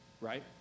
Right